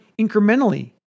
incrementally